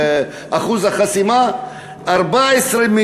מאחוז החסימה של 10%?